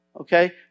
okay